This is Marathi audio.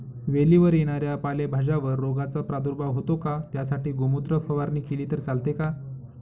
वेलीवर येणाऱ्या पालेभाज्यांवर रोगाचा प्रादुर्भाव होतो का? त्यासाठी गोमूत्र फवारणी केली तर चालते का?